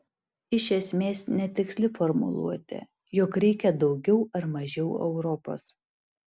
iš esmės netiksli formuluotė jog reikia daugiau ar mažiau europos